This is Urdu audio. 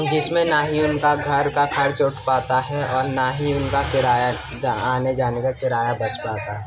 جس میں نہ ہی ان کے گھر کا خرچ اٹھ پاتا ہے اور نہ ہی ان کا کرایہ آنے جانے کا کرایہ بچ پاتا ہے